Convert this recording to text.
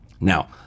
now